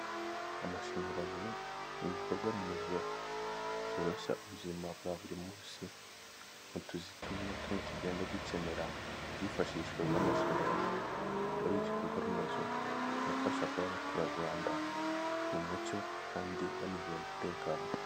Amashanyarazi ni igikorwa remezo cyoroshya ubuzima bwa buri munsi mu tuzi tumwe na tumwe tugenda dukenera ubwifashishwe bw'amashanyarazi, aho ari ibikorwa remezo binafasha kuba abaturarwanda mu mucyo kandi banizeye umutekano.